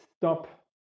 stop